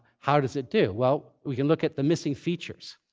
how does it do? well, we can look at the missing features.